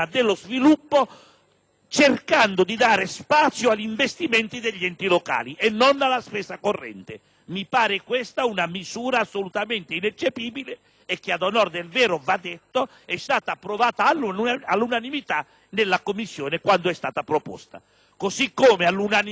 mi pare una misura assolutamente ineccepibile, che - ad onor del vero va detto - è stata approvata all'unanimità in Commissione quando è stata proposta; così come all'unanimità sono state approvate praticamente quasi tutte le modifiche che il Senato ha introdotto.